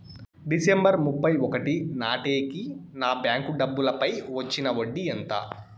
December ముప్పై ఒకటి నాటేకి నా బ్యాంకు డబ్బుల పై వచ్చిన వడ్డీ ఎంత?